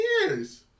years